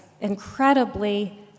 incredibly